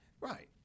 Right